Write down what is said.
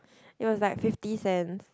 it was like fifty cents